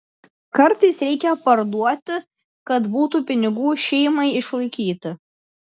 kartais reikia parduoti kad būtų pinigų šeimai išlaikyti